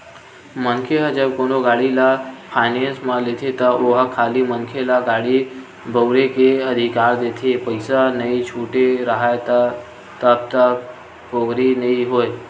मनखे ह जब कोनो गाड़ी ल फायनेंस म लेथे त ओहा खाली मनखे ल गाड़ी बउरे के अधिकार देथे पइसा नइ छूटे राहय तब तक पोगरी नइ होय